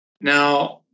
Now